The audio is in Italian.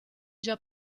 già